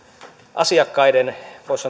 asiakkaiden voisi